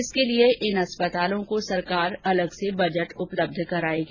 इसके लिए इन अस्पतालों को सरकार अलग से बजट उपलब्ध कराएगी